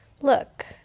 look